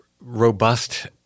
robust